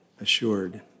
assured